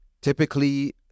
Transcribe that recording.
typically